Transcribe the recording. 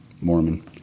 Mormon